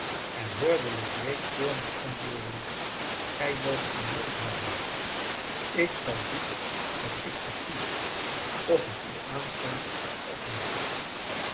en hoorde legree toornig antwoorden gij moogt uw mond houden ik zal doen wat ik verkies of het u aanstaat of niet